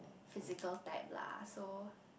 physical type lah so